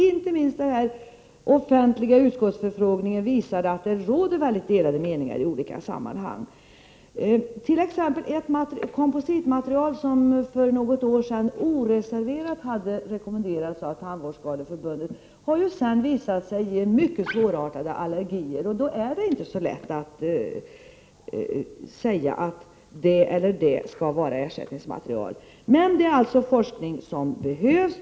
Inte minst den offentliga utskottsutfrågningen visade att det råder mycket delade meningar. Ett kompositmaterialt.ex., som oreserverat hade rekommenderats av Tandvårdsskadeförbundet för något år sedan, har ju sedan visat sig ge mycket svårartade allergier. Därför är det inte så lätt att säga att det ena eller det andra materialet skall vara ersättningsmaterial. Det är alltså forskning som behövs.